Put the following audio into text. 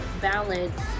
balance